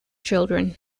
children